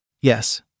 Yes